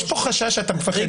יש פה חשש שאתה מפחד ממנו.